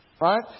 Right